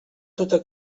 tota